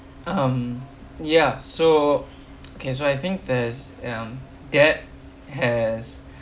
um ya so can so I think there's um that has